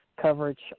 coverage